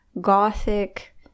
gothic